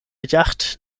yacht